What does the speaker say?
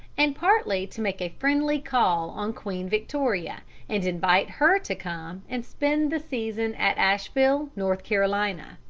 and partly to make a friendly call on queen victoria and invite her to come and spend the season at asheville, north carolina.